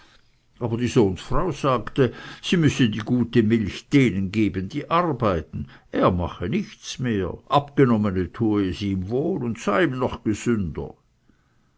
aber die sohnsfrau sagte sie müsse die gute milch denen geben die arbeiten er mache nichts mehr abgenommene tue es ihm auch und sei ihm noch gesünder